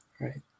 right